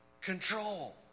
control